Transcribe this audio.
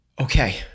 okay